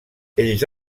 ells